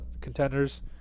contenders